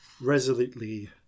resolutely